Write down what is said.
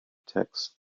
text